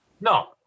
no